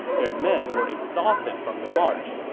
their men were exhausted from the march,